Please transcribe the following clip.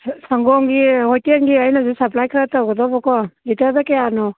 ꯁꯪꯒꯣꯝꯒꯤ ꯍꯣꯇꯦꯜꯒꯤ ꯑꯩꯅꯁꯨ ꯁꯞꯄ꯭ꯂꯥꯏ ꯈꯔ ꯇꯧꯒꯗꯕꯀꯣ ꯂꯤꯇꯔꯗ ꯀꯌꯥꯅꯣ